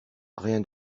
rien